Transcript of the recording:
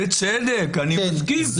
בצדק, אני מסכים.